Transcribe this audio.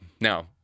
now